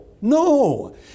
No